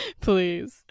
Please